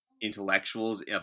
intellectuals